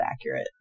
accurate